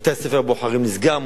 מתי ספר הבוחרים נסגר,